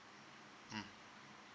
mm